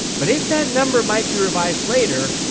but if that number might be revised later,